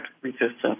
resistance